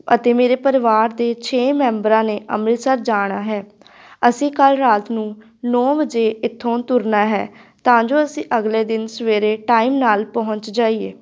ਅਤੇ ਮੇਰੇ ਪਰਿਵਾਰ ਦੇ ਛੇ ਮੈਂਬਰਾਂ ਨੇ ਅੰਮ੍ਰਿਤਸਰ ਜਾਣਾ ਹੈ ਅਸੀਂ ਕੱਲ੍ਹ ਰਾਤ ਨੂੰ ਨੌ ਵਜੇ ਇੱਥੋਂ ਤੁਰਨਾ ਹੈ ਤਾਂ ਜੋ ਅਸੀਂ ਅਗਲੇ ਦਿਨ ਸਵੇਰੇ ਟਾਈਮ ਨਾਲ਼ ਪਹੁੰਚ ਜਾਈਏ